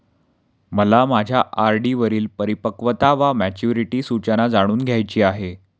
मला माझ्या आर.डी वरील परिपक्वता वा मॅच्युरिटी सूचना जाणून घ्यायची आहे